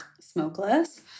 smokeless